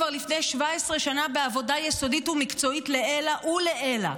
כבר לפני 17 שנה בעבודה יסודית ומקצועית לעילא ולעילא.